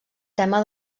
tema